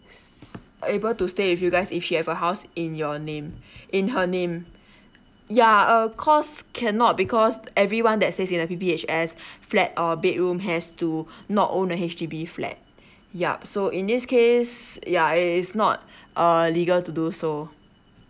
able to stay with you guys if she have a house in your name in her name ya err cause cannot because everyone that stays in a P_P_H_S flat or bedroom has to not own a H_D_B flat yup so in this case yeah it is not err legal to do so